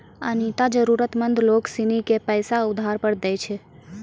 अनीता जरूरतमंद लोग सिनी के पैसा उधार पर दैय छै